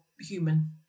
human